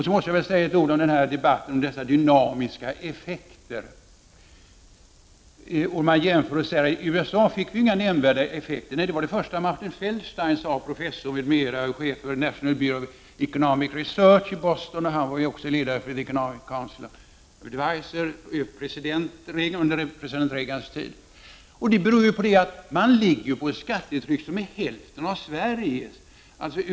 Så måste jag säga något om dynamiska effekter. I USA blev det inga nämnvärda effekter. Det var det första som Martin Feldstein sade, professor m.m. och chef för National Bureau of Economic Research i Boston. Han var också ledare för The Council of Economic Devisers under Reagans presidenttid. Förklaringen är att USA:s skattetryck är hälften så stort som det svenska.